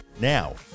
Now